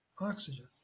oxygen